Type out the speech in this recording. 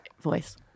voice